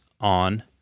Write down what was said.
on